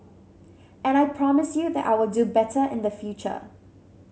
and I promise you that I will do better in the future